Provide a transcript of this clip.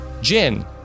Jin